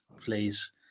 please